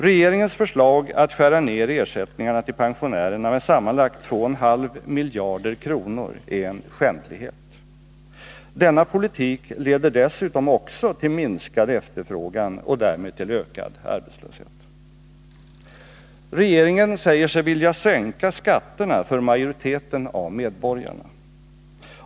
Regeringens förslag att skära ned ersättningarna till pensionärerna med sammanlagt 2,5 miljarder kronor är en skändlighet. Denna politik leder dessutom också till minskad efterfrågan och därmed till ökad arbetslöshet. Regeringen säger sig vilja sänka skatterna för majoriteten av medborgare.